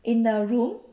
in the rom